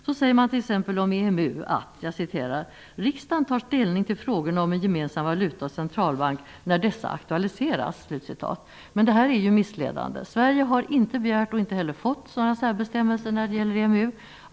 Så säger man t.ex. om EMU att ''Riksdagen tar ställning till frågorna om en gemensam valuta och centralbank när dessa aktualiseras.'' Detta är missledande. Sverige har inte begärt och inte heller fått några särbestämmelser när det gäller EMU.